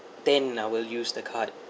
then I will use the card